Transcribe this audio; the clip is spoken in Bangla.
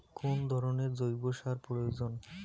কোন ধরণের জৈব সার প্রয়োজন?